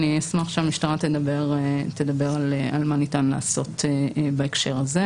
אני אשמח שהמשטרה תדבר על מה שניתן לעשות בהקשר הזה.